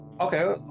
Okay